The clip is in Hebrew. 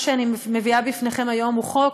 מה שאני מביאה בפניכם היום הוא חוק